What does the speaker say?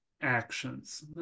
actions